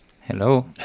Hello